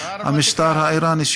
אלא על המשטר האיראני,